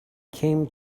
came